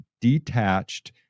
detached